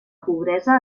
pobresa